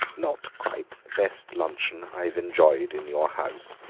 not quite the best luncheon i've enjoyed in your house,